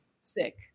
sick